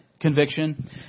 conviction